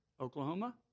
Oklahoma